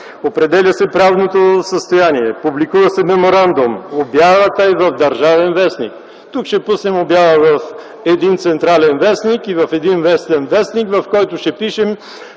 Определя се правното състояние, публикува се меморандум, обявата е в „Държавен вестник”. А тук ще пуснем обява в един централен и в един местен вестник, в които ще пишем,